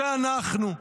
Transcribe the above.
זה אנחנו,